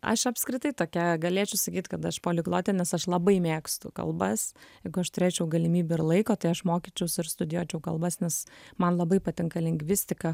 aš apskritai tokia galėčiau sakyt kad aš poliglotė nes aš labai mėgstu kalbas jeigu aš turėčiau galimybę ir laiko tai aš mokyčiaus ir studijuočiau kalbas nes man labai patinka lingvistika